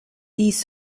dies